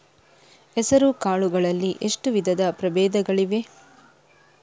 ಹೆಸರುಕಾಳು ಗಳಲ್ಲಿ ಎಷ್ಟು ವಿಧದ ಪ್ರಬೇಧಗಳಿವೆ?